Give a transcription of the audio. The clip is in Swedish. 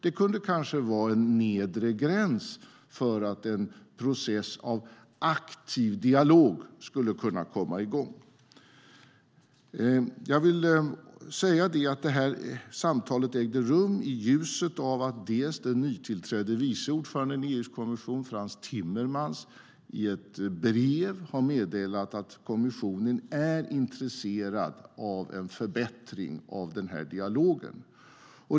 Det kunde kanske vara en nedre gräns för att en process av aktiv dialog skulle kunna komma igång. Detta samtal ägde rum i ljuset av att den nytillträdde vice ordföranden i EU:s kommission Frans Timmermans i ett brev har meddelat att kommissionen är intresserad av en förbättring av dialogen.